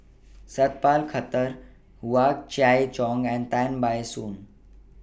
Sat Pal Khattar Hua Chai Yong and Tan Ban Soon